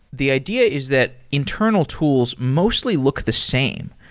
the idea is that internal tools mostly look the same.